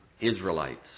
Israelites